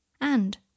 And